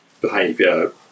behaviour